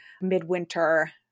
midwinter